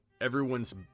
everyone's